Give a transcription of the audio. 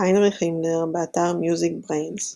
היינריך הימלר, באתר MusicBrainz